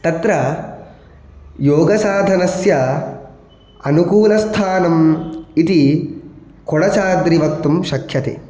तत्र योगसाधनस्य अनुकूलस्थानम् इति कोडचाद्रि वक्तुं शक्यते